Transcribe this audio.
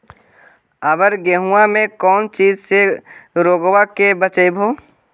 अबर गेहुमा मे कौन चीज के से रोग्बा के बचयभो?